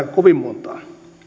kovin montaa